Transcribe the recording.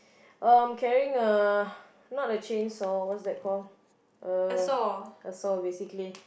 um carrying a not a chainsaw what's that called a a saw basically